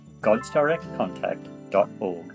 godsdirectcontact.org